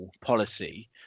policy